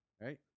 Right